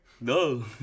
No